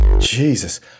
Jesus